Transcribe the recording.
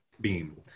beam